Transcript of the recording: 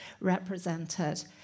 represented